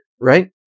Right